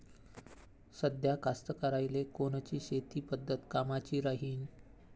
साध्या कास्तकाराइले कोनची शेतीची पद्धत कामाची राहीन?